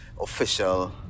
official